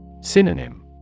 Synonym